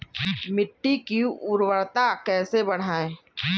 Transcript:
मिट्टी की उर्वरता कैसे बढ़ाएँ?